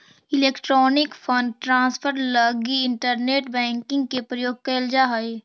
electronic fund transfer लगी internet banking के प्रयोग कैल जा हइ